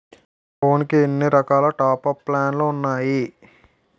నా ఫోన్ కి ఎన్ని రకాల టాప్ అప్ ప్లాన్లు ఉన్నాయి?